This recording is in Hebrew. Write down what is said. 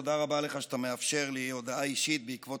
תודה רבה לך שאתה מאפשר לי הודעה אישית בעקבות